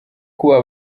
kubaha